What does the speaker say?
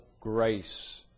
grace